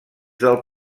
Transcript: del